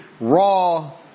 raw